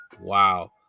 wow